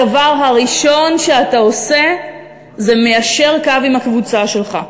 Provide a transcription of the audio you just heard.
הדבר הראשון שאתה עושה זה מיישר קו עם הקבוצה שלך.